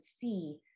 see